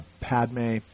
Padme